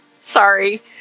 Sorry